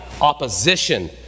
opposition